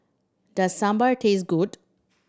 does Sambar taste good